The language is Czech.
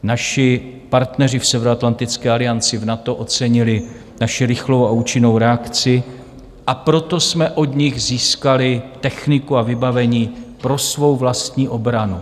Naši partneři v Severoatlantické alianci, v NATO, ocenili naši rychlou a účinnou reakci, a proto jsme od nich získali techniku a vybavení pro svou vlastní obranu.